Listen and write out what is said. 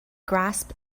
grasp